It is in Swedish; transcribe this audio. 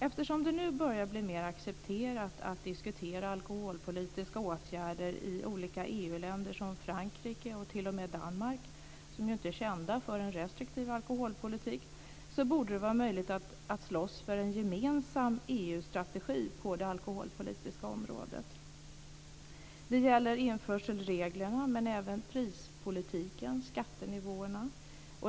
Eftersom det nu börjar bli mer accepterat att diskutera alkoholpolitiska åtgärder i olika EU-länder som Frankrike och t.o.m. Danmark, som ju inte är kända för en restriktiv alkoholpolitik borde det vara möjligt att slåss för en gemensam EU-strategi på det alkholpolitiska området. Det gäller införselreglerna, men även prispolitiken, skattenivåerna.